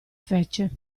fece